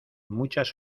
muchas